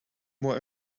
more